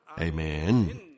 Amen